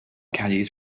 caddies